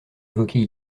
évoqués